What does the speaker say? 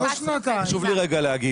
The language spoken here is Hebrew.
חשוב לי להגיד,